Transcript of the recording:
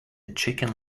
chicken